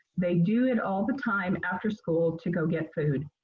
they do it all the time after school to go get food.